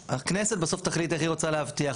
הכנסת בסוף תחליט איך היא רוצה להבטיח.